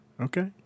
Okay